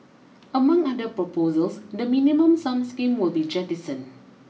among other proposals the Minimum Sum scheme will be jettisoned